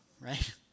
right